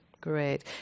Great